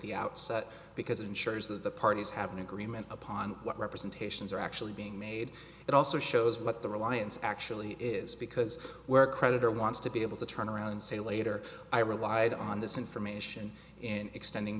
the outset because it ensures that the parties have an agreement upon what representations are actually being made it also shows what the reliance actually is because where creditor wants to be able to turn around and say later i relied on this information in extending